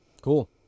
Cool